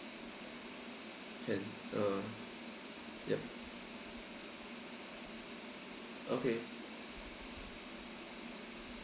can um yup okay